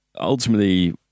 Ultimately